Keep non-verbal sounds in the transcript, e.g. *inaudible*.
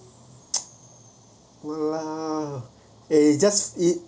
*noise* !walao! eh just